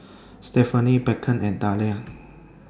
Stephenie Beckham and Dahlia